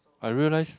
I realize